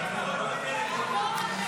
נתקבלה.